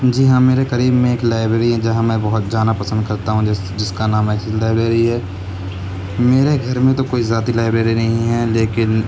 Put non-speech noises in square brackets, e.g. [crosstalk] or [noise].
جی ہاں میرے قریب میں ایک لائبریری ہے جہاں میں بہت جانا پسند کرتا ہوں جس جس کا نام [unintelligible] لائبریری ہے میرے گھر میں تو کوئی ذاتی لائبریری نہیں ہے لیکن